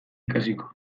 ikasiko